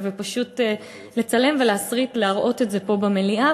פשוט לצלם ולהראות את זה פה במליאה.